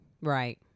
Right